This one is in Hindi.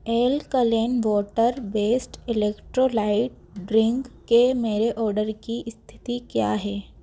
alkaline water based electrolyte drink के मेरे ऑर्डर की स्थिति क्या है